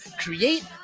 create